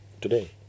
today